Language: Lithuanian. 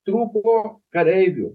trūko kareivių